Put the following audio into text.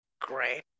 Great